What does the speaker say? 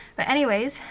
but anyways,